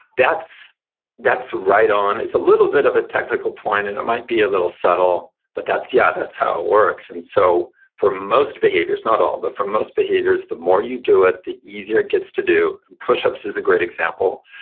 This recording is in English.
that's that's right-on. it's a little bit of a technical point, and it might be a little subtle, but yeah, that's how it works and so for most behaviors, not all, but for most behaviors, the more you do it, the easier it gets to do. and push-up is a great example,